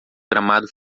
gramado